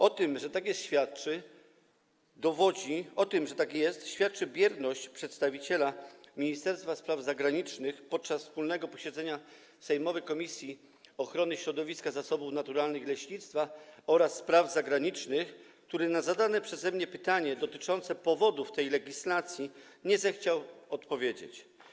O tym, że tak jest, świadczy bierność przedstawiciela Ministerstwa Spraw Zagranicznych podczas wspólnego posiedzenia sejmowych Komisji: Ochrony Środowiska, Zasobów Naturalnych i Leśnictwa oraz Spraw Zagranicznych, który na zadane przeze mnie pytanie dotyczące powodów tej legislacji nie zechciał odpowiedzieć.